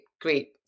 Great